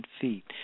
feet